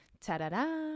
ta-da-da